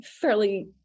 fairly